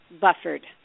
buffered